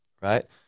right